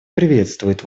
приветствует